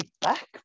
back